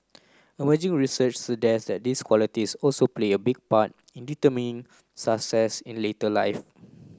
emerging research suggest that these qualities also play a big part in determining success in later life